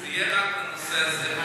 זה יהיה רק בנושא הזה,